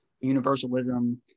universalism